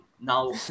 Now